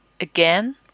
again